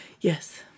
Yes